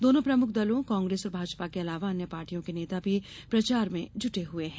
दोनों प्रमुख दलों कांग्रेस और भाजपा के अलावा अन्य पार्टियों के नेता भी प्रचार में जुटे हुए हैं